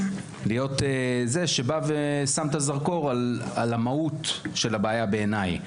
אני רוצה להיות זה שבא ושם את הזרקור על המהות של הבעיה בעיניי.